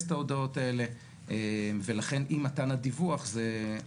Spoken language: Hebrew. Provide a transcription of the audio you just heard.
רב מוסמך, בגדול דיברנו על זה מקודם בהגדרה.